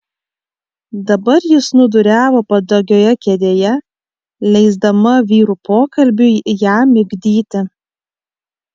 dabar ji snūduriavo patogioje kėdėje leisdama vyrų pokalbiui ją migdyti